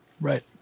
Right